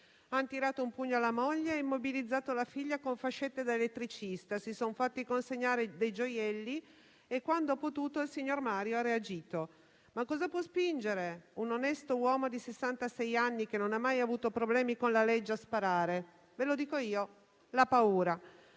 hanno tirato un pugno alla moglie e immobilizzato la figlia con fascette da elettricista, si sono fatti consegnare dei gioielli e quando ha potuto il signor Mario ha reagito. Ma cosa può spingere un onesto uomo di sessantasei anni, che non ha mai avuto problemi con la legge, a sparare? Ve lo dico io: la paura.